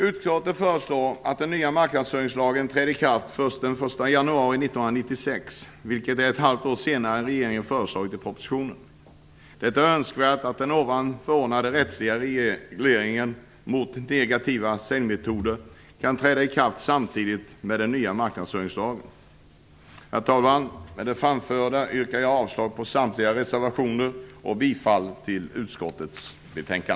Utskottet föreslår att den nya marknadsföringslagen träder i kraft först den 1 januari 1996, vilket är ett halvt år senare än vad regeringen har föreslagit i propositionen. Det är önskvärt att den ovan förordade rättsliga regleringen mot negativa säljmetoder kan träda i kraft samtidigt med den nya marknadsföringslagen. Herr talman! Med det anförda yrkar jag avslag på samtliga reservationer och bifall till utskottets hemställan.